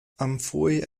amphoe